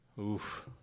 Oof